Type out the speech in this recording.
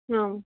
आ